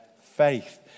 faith